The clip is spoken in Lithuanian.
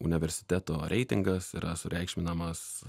universiteto reitingas yra sureikšminamas